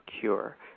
cure